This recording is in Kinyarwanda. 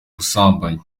ubusambanyi